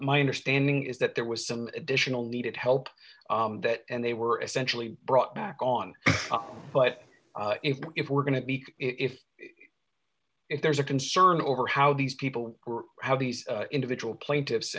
my understanding is that there was some additional needed help and they were essentially brought back on but if if we're going to be if if there's a concern over how these people were how these individual plaintiffs